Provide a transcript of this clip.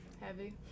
heavy